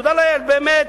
תודה לאל, באמת,